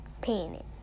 Painting